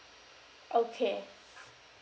okay